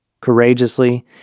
Courageously